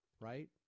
right